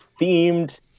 themed